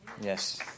Yes